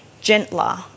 gentler